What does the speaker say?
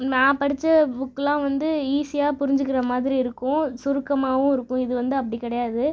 நான் படிச்ச புக்லாம் வந்து ஈஸியா புரிஞ்சுக்குற மாதிரி இருக்கும் சுருக்கமாகவும் இருக்கும் இது வந்து அப்படி கிடையாது